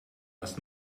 was